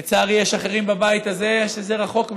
לצערי, יש אחרים בבית הזה שזה רחוק מהם,